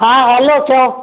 हा हैलो चओ